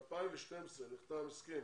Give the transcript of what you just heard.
ב-2012 נחתם הסכם